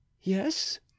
Yes